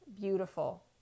beautiful